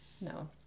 no